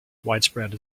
widespread